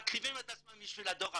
מקריבים את עצמם בשביל הדור הבא,